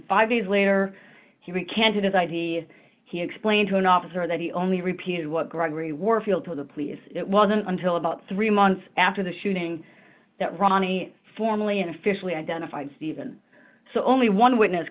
five days later he recanted his id he explained to an officer that he only repeated what gregory warfield to the police it wasn't until about three months after the shooting that ronnie formally and officially identified stephen so only one witness